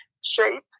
shape